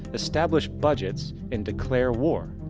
establish budgets and declare war.